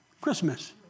Christmas